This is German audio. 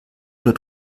oder